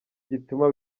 gituma